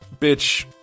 bitch